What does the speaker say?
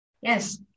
Yes